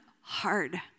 hard